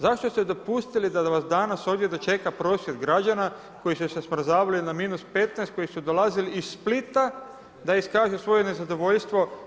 Zašto ste dopustili da vas danas ovdje dočeka prosvjed građana koji su se smrzavali na -15, koji su dolazili iz Splita da iskažu svoje nezadovoljstvo.